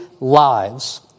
lives